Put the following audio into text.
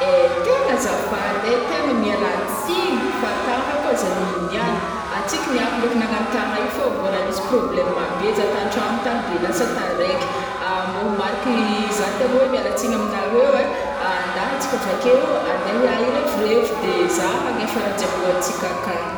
Ai tegna azafady ai, tegna miala tsigny fa tara koa zah niniany, tsy kiniako ndraiky nagnano tara io fao mbola nisy problème be zah t'antragno tagn de lasa taraiky, mbô ho mariky zah tegna hoe miala tsigny aminareo ai, andahy antsika avakeo andeha hirevirevy de zah hagnefa raha ijiaby ihoanintsika akagny.